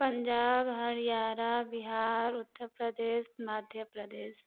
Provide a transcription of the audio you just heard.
Punjab Haryana Bihar Uttar Pradesh Madhya Pradesh